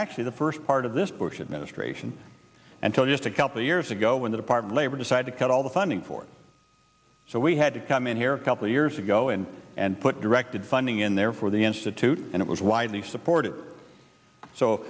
actually the first part of this bush administration until just a couple years ago when the department labor decided to cut all the funding for so we had to come in here a couple of years ago and and put directed funding in there for the institute and it was widely supported so